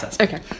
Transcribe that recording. Okay